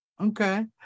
Okay